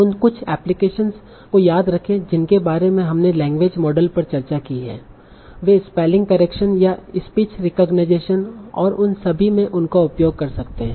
उन कुछ एप्लीकेशनस को याद रखें जिनके बारे में हमने लैंग्वेज मॉडल पर चर्चा की है वे स्पेलिंग करेक्शन या स्पीच रेकोगनाईजेसन और उन सभी में उनका उपयोग कर सकते हैं